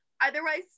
otherwise